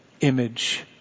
image